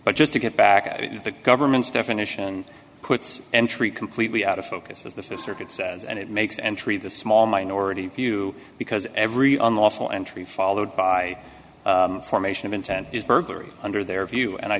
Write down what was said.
but just to get back at you the government's definition puts entry completely out of focus as the fifth circuit says and it makes entry the small minority view because every unlawful entry followed by formation of intent is burglary under their view and i